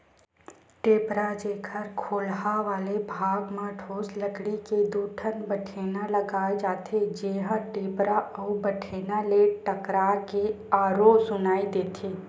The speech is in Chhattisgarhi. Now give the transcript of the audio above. टेपरा, जेखर खोलहा वाले भाग म ठोस लकड़ी के दू ठन बठेना लगाय जाथे, जेहा टेपरा अउ बठेना ले टकरा के आरो सुनई देथे